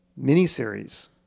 miniseries